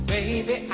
Baby